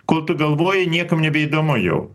kol tu galvoji niekam nebeįdomu jau